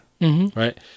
right